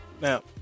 Now